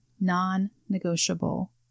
Non-negotiable